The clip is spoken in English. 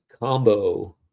Combo